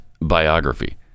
biography